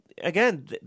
Again